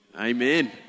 amen